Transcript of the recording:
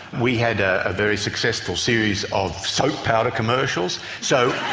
we had a very successful series of soap powder commercials, so,